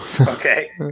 okay